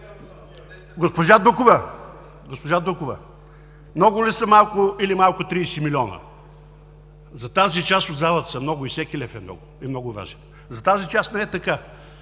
Госпожо Дукова, много ли са или малко 30 милиона? За тази част от залата са много и всеки лев е много важен. За тази част не е така.